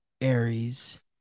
aries